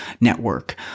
network